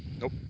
Nope